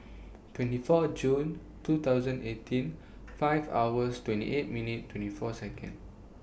twenty four June two thousand eighteen five hours twenty eight minutes twenty four Seconds